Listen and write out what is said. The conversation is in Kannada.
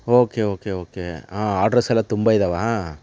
ಓಕೆ ಓಕೆ ಓಕೆ ಆಡ್ರಸೆಲ್ಲ ತುಂಬ ಇದ್ದಾವಾ